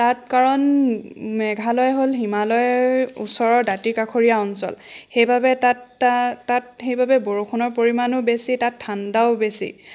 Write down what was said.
তাত কাৰণ মেঘালয় হ'ল হিমালয় ওচৰৰ দাঁতিকাষৰীয়া অঞ্চল সেইবাবে তাত তাত সেইবাবে বৰষুণৰ পৰিমাণো বেছি তাত ঠাণ্ডাও বেছি